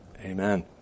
Amen